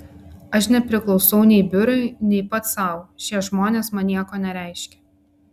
aš nepriklausau nei biurui nei pats sau šie žmonės man nieko nereiškia